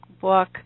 book